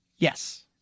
Yes